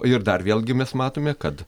ir dar vėlgi mes matome kad